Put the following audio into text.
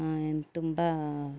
ತುಂಬ